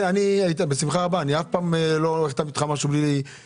אני אף פעם לא החתמתי אותך על משהו בלי שתקרא,